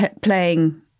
playing